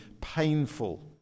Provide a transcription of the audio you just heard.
painful